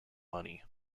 money